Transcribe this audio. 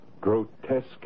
Grotesque